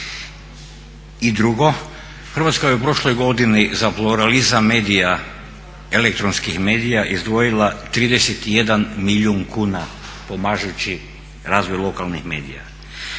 I drugo, Hrvatska je u prošloj godini za pluralizam medija, elektronskih medija izdvojila 31 milijun kuna pomažući razvoj lokalnih medija.